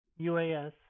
UAS